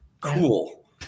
Cool